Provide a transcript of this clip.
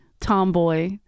tomboy